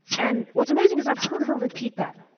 and what's amazing is, i've heard her repeat that.